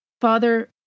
Father